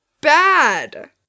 bad